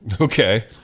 Okay